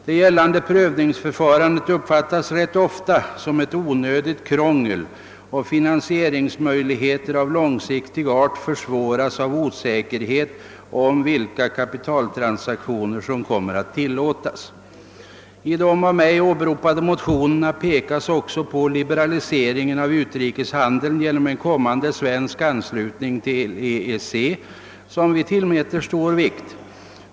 Det tillämpade prövningsförfarandet uppfattas rätt ofta som ett onödigt krångel, och finansiering av långsiktig art försvåras på grund av osäkerheten om vilka kapitaltransaktioner som kommer att tillåtas. I de nämnda motionerna pekas också på liberaliseringen av utrikeshandeln genom en kommande svensk anslutning till EEC, som vi tillmäter stor vikt.